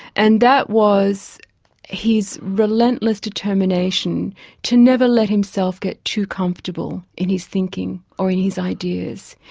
and that was his relentless determination to never let himself get too comfortable in his thinking or in his ideas.